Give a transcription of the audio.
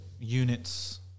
units